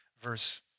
verse